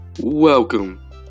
Welcome